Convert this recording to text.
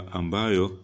ambayo